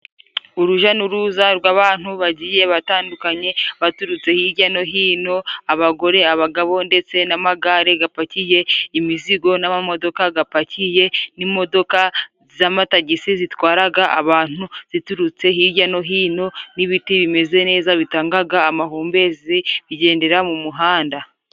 Uruja n'uruza rw'abantu bagiye batandukanye baturutse hijya no hino abagore abagabo, ndetse n'amagare gapakiye imizigo n'amamodoka gapakiye, n'imodoka z'amatagisi zitwaraga abantu ziturutse hijya no hino, n'ibiti bimeze neza bitangaga amahumbezi bigendera mu muhanda.